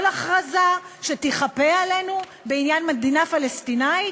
כל הכרזה שתיכפה עלינו בעניין מדינה פלסטינית?